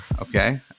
Okay